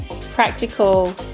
practical